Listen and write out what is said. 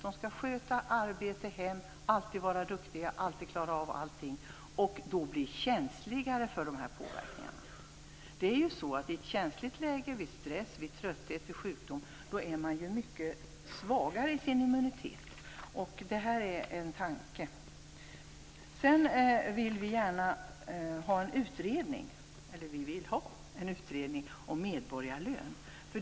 De skall sköta arbete och hem och alltid vara duktiga, alltid klara av allting. Då blir de kanske känsligare för de här påverkningarna. I ett känsligt läge, vid stress, trötthet, sjukdom, är man mycket svagare i sin immunitet. Det här är en tanke. Sedan vill vi ha en utredning om medborgarlön.